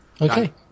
Okay